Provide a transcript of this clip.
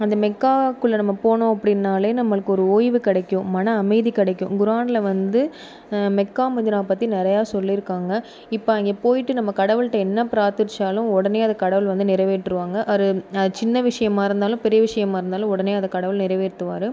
அந்த மெக்காக்குள்ளே நம்ம போனோம் அப்படின்னாலே நம்மளுக்கு ஒரு ஒய்வு கிடைக்கும் மன அமைதி கிடைக்கும் குரானில் வந்து மெக்கா மதினாவைப் பற்றி நீறைய சொல்லியிருக்காங்க இப்போ அங்கே போயிட்டு நம்ம கடவுள்கிட்ட என்ன பிராத்தித்தாலும் உடனே அதை கடவுள் வந்து நிறைவேற்றுவாங்க அது அது சின்ன விஷயமாக இருந்தாலும் பெரிய விஷயமாக இருந்தாலும் உடனே அதை கடவுள் நிறைவேற்றுவாரு